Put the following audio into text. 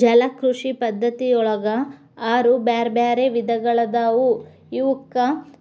ಜಲಕೃಷಿ ಪದ್ಧತಿಯೊಳಗ ಆರು ಬ್ಯಾರ್ಬ್ಯಾರೇ ವಿಧಗಳಾದವು ಇವಕ್ಕ